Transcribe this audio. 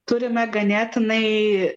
turime ganėtinai